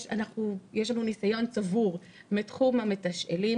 יש לנו ניסיון צבור מתחום המתשאלים,